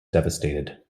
devastated